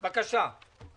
בבקשה.